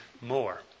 more